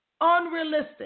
Unrealistic